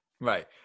Right